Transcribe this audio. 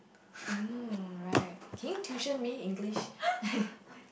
mm right can you tuition me English